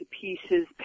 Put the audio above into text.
pieces